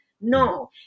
No